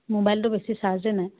ম'বাইলটো বেছি চাৰ্জে নাই